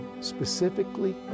specifically